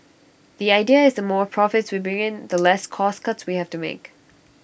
the idea is the more profits we bring in the less cost cuts we have to make